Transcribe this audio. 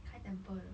开 temple 的